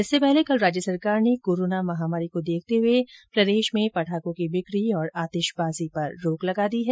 इससे पहले कल राज्य सरकार ने कोरोना महामारी को देखते हुए प्रदेश में पटाखों की बिकी और आतिशबाजी पर रोक लगा दी है